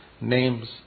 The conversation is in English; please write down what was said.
name's